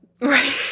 Right